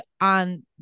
on